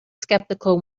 skeptical